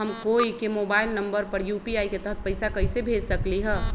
हम कोई के मोबाइल नंबर पर यू.पी.आई के तहत पईसा कईसे भेज सकली ह?